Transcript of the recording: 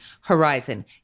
horizon